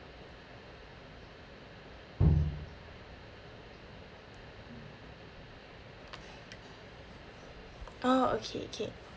oh okay K